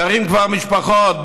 וגרות משפחות.